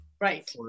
Right